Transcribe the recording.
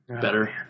better